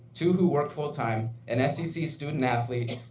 two who work full time, an scc student athlete,